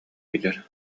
билэр